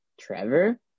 Trevor